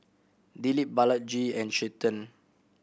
Dilip Balaji and Chetan